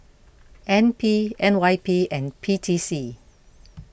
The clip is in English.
N P N Y P and P T C